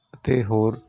ਅਤੇ ਹੋਰ